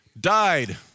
died